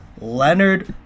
leonard